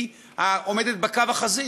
עומדת בקו החזית.